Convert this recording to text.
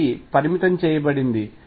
పరిమితం చేయబడింది 1